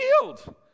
healed